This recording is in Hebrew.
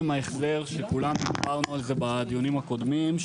ההחזר שכולנו דיברנו על זה בדיונים הקודמים,